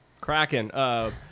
Kraken